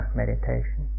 meditation